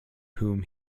whom